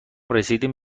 رسیدیم